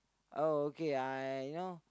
oh okay I you know